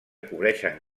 cobreixen